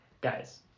Guys